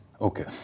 okay